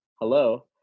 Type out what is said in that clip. Hello